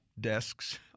desks